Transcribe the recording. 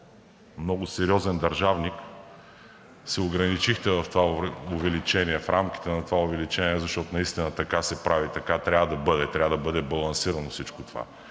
много сериозен държавник, се ограничихте в рамките на това увеличение, защото наистина така се прави, така трябва да бъде – трябва да бъде балансирано всичко това.